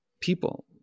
people